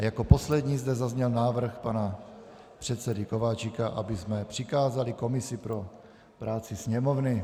A jako poslední zde zazněl návrh pana předsedy Kováčika, abychom přikázali komisi pro práci Sněmovny.